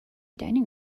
dining